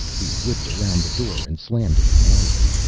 he whipped around the door and slammed it behind him.